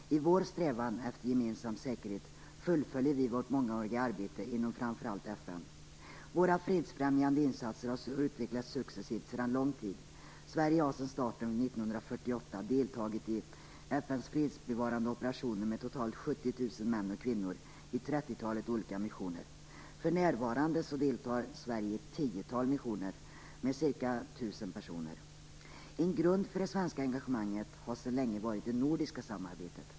I vår strävan efter gemensam säkerhet fullföljer vi vårt mångåriga arbete inom framför allt FN. Våra fredsfrämjande insatser har utvecklats successivt sedan lång tid. Sverige har sedan starten 1948 deltagit i FN:s fredsbevarande operationer med totalt 70 000 män och kvinnor i trettiotalet olika missioner. För närvarande deltar Sverige i ett tiotal missioner med cirka tusen personer. En grund för det svenska engagemanget har sedan länge varit det nordiska samarbetet.